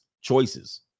choices